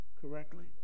correctly